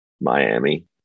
Miami